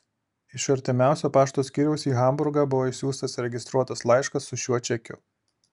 iš artimiausio pašto skyriaus į hamburgą buvo išsiųstas registruotas laiškas su šiuo čekiu